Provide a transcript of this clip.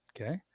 okay